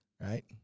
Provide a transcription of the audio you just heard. right